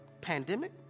pandemic